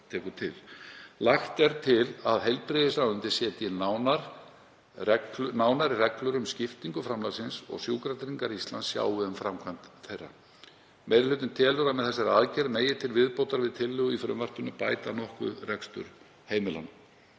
Lagt er til að heilbrigðisráðuneytið setji nánari reglur um skiptingu framlagsins og Sjúkratryggingar Íslands sjái um framkvæmd þeirra. Meiri hlutinn telur að með þessari aðgerð megi til viðbótar við tillögu í frumvarpinu bæta nokkuð rekstur heimilanna.